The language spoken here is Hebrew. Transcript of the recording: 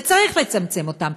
וצריך לצמצם אותם.